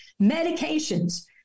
Medications